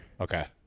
Okay